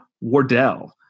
Wardell